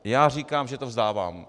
Já říkám, že to vzdávám.